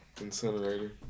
incinerator